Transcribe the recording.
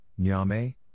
Nyame